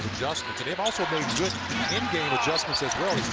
adjustments. they've also made good in-game adjustments as well.